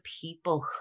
people